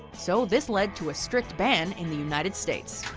so this led to a strict ban in the united states.